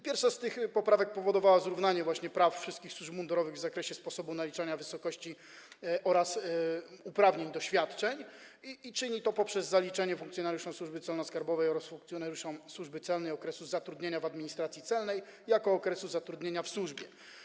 Pierwsza z tych poprawek powodowała zrównanie praw wszystkich służb mundurowych w zakresie sposobu naliczania wysokości oraz uprawnień do świadczeń i czyni to poprzez zaliczenie funkcjonariuszom Służby Celno-Skarbowej oraz funkcjonariuszom Służby Celnej okresu zatrudnienia w administracji celnej jako okresu zatrudnienia w służbie.